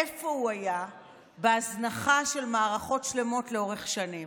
איפה הוא היה בהזנחה של מערכות שלמות לאורך שנים?